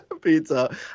Pizza